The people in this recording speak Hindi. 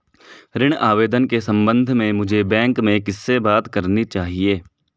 ऋण आवेदन के संबंध में मुझे बैंक में किससे बात करनी चाहिए?